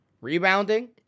Rebounding